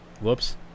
Whoops